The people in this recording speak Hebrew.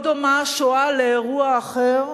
לא דומה השואה לאירוע אחר